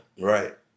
Right